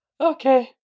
Okay